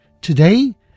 Today